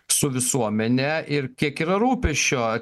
su visuomene ir kiek yra rūpesčio